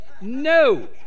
no